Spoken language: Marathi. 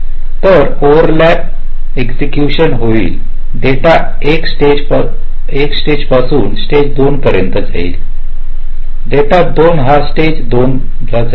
तर ओव्हलॅप एक्सएकशन होईल डेटा 1 स्टेज 1 पासून स्टेज 2 पर्यंत जाईल डेटा 2 हा स्टेज 2 जाईल